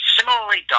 Similarly